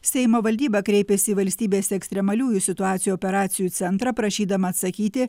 seimo valdyba kreipėsi į valstybės ekstremaliųjų situacijų operacijų centrą prašydama atsakyti